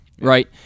right